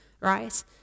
right